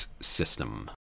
system